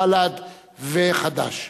בל"ד וחד"ש.